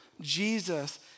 Jesus